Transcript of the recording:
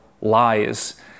lies